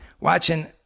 watching